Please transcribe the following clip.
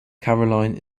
caroline